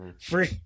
Free